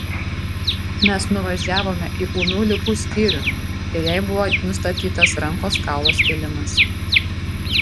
mes nuvažiavome į ūmių ligų skyrių ir jai buvo nustatytas rankos kaulo skilimas